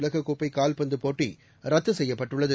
உலகக்கோப்பை கால்பந்து போட்டி ரத்து செய்யப்பட்டுள்ளது